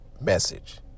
message